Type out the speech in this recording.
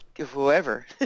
whoever